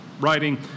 writing